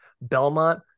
Belmont